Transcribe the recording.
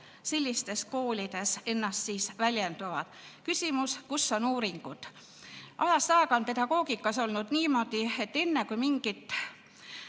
sellistes koolides väljenduvad? Küsimus: kus on uuringud? Ajast aega on pedagoogikas olnud niimoodi, et enne kui mingit